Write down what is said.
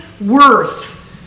worth